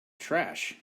trash